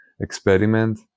experiment